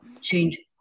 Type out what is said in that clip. change